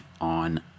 on